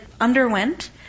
underwent